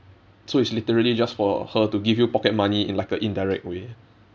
so it's literally just for her to give you pocket money in like a indirect way